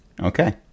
Okay